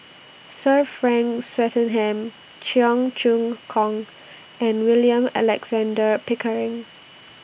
Sir Frank Swettenham Cheong Choong Kong and William Alexander Pickering